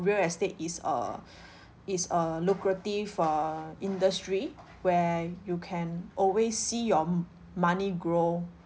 real estate is a is a lucrative err industry where you can always see your m~ money grow